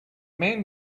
man